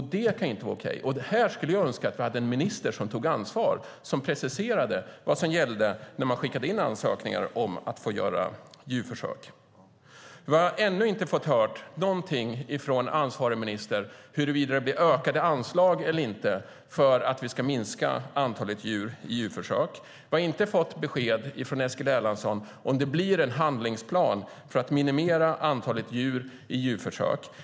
Det kan inte vara okej. Det är här jag skulle önska att vi hade en minister som tar ansvar och som preciserar vad som gäller när man skickar in ansökningar om att få göra djurförsök. Vi har ännu inte fått höra någonting från ansvarig minister huruvida det blir ökade anslag eller inte för att minska antalet djur i djurförsök. Vi har inte fått besked från Eskil Erlandsson om det blir en handlingsplan för att minimera antalet djur i djurförsök.